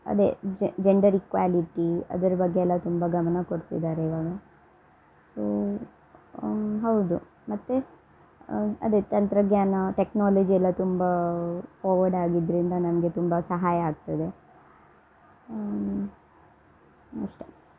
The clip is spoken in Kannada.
ಅದೇ ಜಂಡರ್ ಈಕ್ವಾಲಿಟಿ ಅದರ ಬಗ್ಗೆ ಎಲ್ಲ ತುಂಬ ಗಮನ ಕೊಡ್ತಿದ್ದಾರೆ ಇವಾಗ ಸೋ ಹೌದು ಮತ್ತು ಅದೇ ತಂತ್ರಜ್ಞಾನ ಟೆಕ್ನಾಲಜಿ ಎಲ್ಲ ತುಂಬ ಫಾರ್ವರ್ಡ್ ಆಗಿದ್ರಿಂದ ನಮಗೆ ತುಂಬ ಸಹಾಯ ಆಗ್ತಿದೆ ಅಷ್ಟೆ